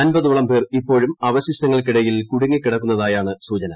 അമ്പതോളം പേർ ഇപ്പോഴും അവശിഷ്ടങ്ങൾക്കിടയിൽ കുടുങ്ങിക്കിടക്കുന്നതായാണ് സൂചന